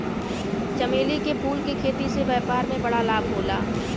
चमेली के फूल के खेती से व्यापार में बड़ा लाभ होला